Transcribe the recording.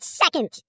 second